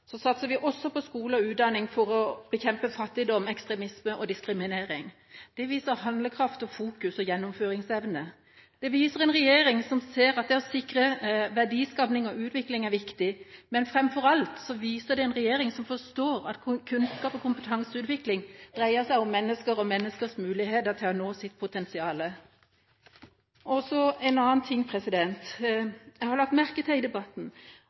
så sterkt på kunnskaps- og kompetanseutvikling også i bistands- og utviklingspolitikken. Det viser for meg en konsistens i politikkområdene våre. Når vi satser på skole og utdanning hjemme for å bygge landet og ruste Norge for framtida, satser vi også på skole og utdanning for å bekjempe fattigdom, ekstremisme og diskriminering. Det viser handlekraft, fokus og gjennomføringsevne. Det viser en regjering som ser at det å sikre verdiskaping og utvikling er viktig. Men framfor alt viser det en regjering som forstår at kunnskap og kompetanseutvikling dreier seg